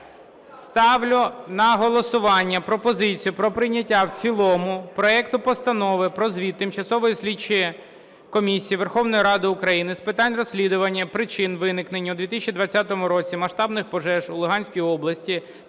Ставлю на голосування пропозицію про прийняття в цілому проекту Постанови про звіт Тимчасової слідчої комісії Верховної Ради України з питань розслідування причин виникнення у 2020 році масштабних пожеж у Луганській області